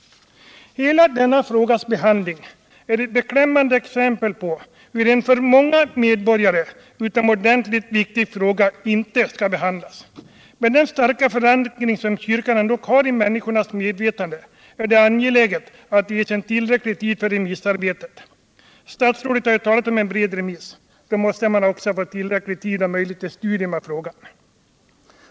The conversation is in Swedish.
Hela denna frågas behandling är ett beklämmande exempel på hur en för många medborgare utomordentligt viktig fråga inte skall behandlas. Med hänsyn till den starka förankring som kyrkan ändock har i människornas medvetande är det angeläget att det ges tillräcklig tid för remissarbetet. Statsrådet har ju talat om en bred remiss. Då måste det ges tillräcklig tid för studium av frågan.